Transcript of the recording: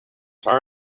far